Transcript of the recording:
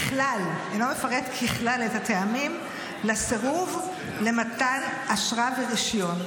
ככלל את הטעמים לסירוב למתן אשרה ורישיון.